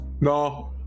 No